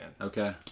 Okay